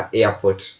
airport